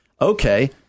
okay